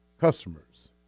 customers